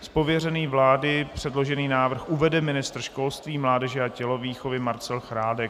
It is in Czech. Z pověření vlády předložený návrh uvede ministr školství, mládeže a tělovýchovy Marcel Chládek.